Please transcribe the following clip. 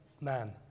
man